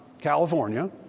California